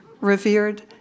Revered